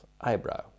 eyebrow